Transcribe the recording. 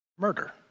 murder